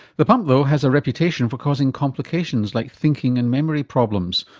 the pump though has a reputation for causing complications like thinking and memory problems,